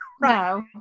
no